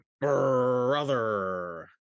brother